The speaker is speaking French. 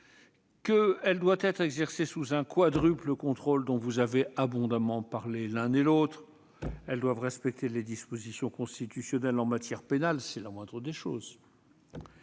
et elle doit être exercée sous un quadruple contrôle, dont vous avez abondamment parlé l'un et l'autre. Les peines doivent respecter les dispositions constitutionnelles en matière pénale- c'est la moindre des choses